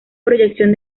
proyección